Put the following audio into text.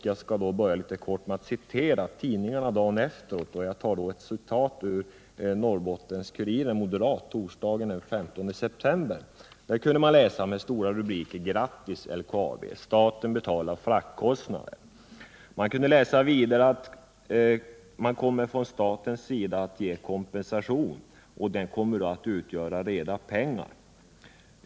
Jag skall börja med ett par korta citat ur tidningarna dagen efter. Jag tar ett citat ur Norrbottens-Kuriren torsdagen den 15 september. I stora rubriker kunde man läsa: Vidare stod att läsa att man från statens sida kommer att ge kompensation och att den kommer att utgöra reda pengar.